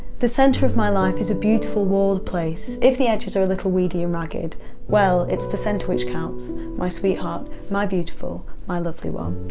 the centre of my life is a beautiful walled place, if the edges are a little weedy and ragged well, it's the centre which counts my sweetheart, my beautiful, my lovely one.